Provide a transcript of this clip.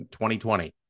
2020